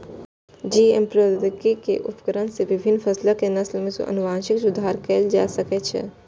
GM प्रौद्योगिकी के उपयोग सं विभिन्न फसलक नस्ल मे आनुवंशिक सुधार कैल जा सकै छै